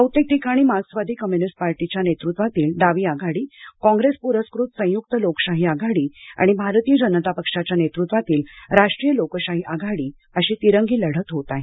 बहुतेक ठिकाणी मार्क्सवादी कम्युनिस्ट पार्टीच्या नेतृत्वातील डावी आघाडी कांग्रेस पुरस्कृत संयुक् लोकशाही आघाडी आणि भारतीय जनता पक्षाच्या नेतृत्वातील राष्ट्रीय लोकशाही आघाडी अशी तिरंगी लढत होत आहे